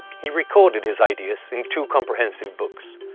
he recorded his ideas in two comprehensive books,